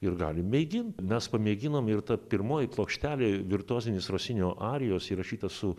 ir gali mėgint nes pamėginom ir ta pirmoji plokštelė virtuozinis rosinio arijos įrašyta su